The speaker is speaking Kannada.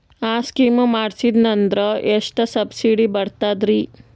ಆ ಸ್ಕೀಮ ಮಾಡ್ಸೀದ್ನಂದರ ಎಷ್ಟ ಸಬ್ಸಿಡಿ ಬರ್ತಾದ್ರೀ?